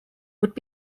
would